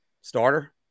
Starter